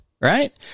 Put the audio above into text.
Right